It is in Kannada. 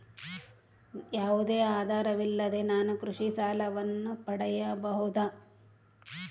ಯಾವುದೇ ಆಧಾರವಿಲ್ಲದೆ ನಾನು ಕೃಷಿ ಸಾಲವನ್ನು ಪಡೆಯಬಹುದಾ?